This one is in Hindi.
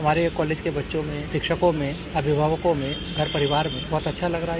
हमारे कॉलेज में बच्चों में शिक्षकों में अभिभावकों में घर परिवार में बहुत अच्छा लग रहा है